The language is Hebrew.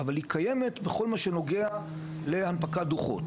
אבל היא קיימת בכל מה שנוגע להנפקת דו"חות.